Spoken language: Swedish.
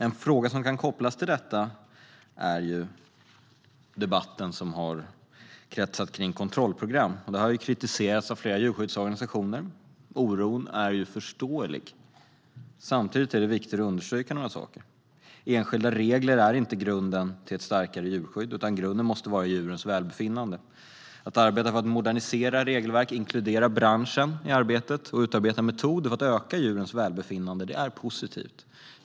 En fråga som kan kopplas till detta gäller debatten som har kretsat kring kontrollprogram, som har kritiserats av flera djurskyddsorganisationer. Oron är förståelig. Samtidigt är det viktigt att understryka några saker. Enskilda regler är inte grunden till ett starkare djurskydd, utan grunden måste vara djurens välbefinnande. Att arbeta för att modernisera regelverk och inkludera branschen i arbetet med att utarbeta metoder för att öka djurens välbefinnande är positivt.